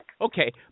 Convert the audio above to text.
Okay